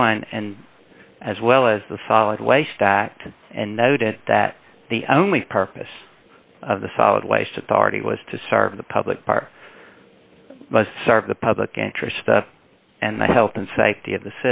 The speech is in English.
one and as well as the solid waste act and noted that the only purpose of the solid waste authority was to serve the public bar serve the public interest and the health and safety of the